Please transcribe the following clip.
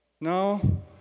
no